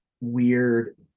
weird